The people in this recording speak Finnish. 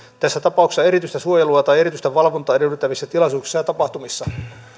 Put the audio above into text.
tässä tapauksessa erityistä suojelua tai erityistä valvontaa edellyttävissä tilaisuuksissa ja tapahtumissa